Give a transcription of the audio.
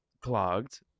clogged